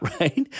right